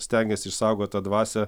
stengiasi išsaugot tą dvasią